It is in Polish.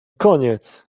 koniec